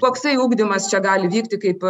koksai ugdymas čia gali vykti kaip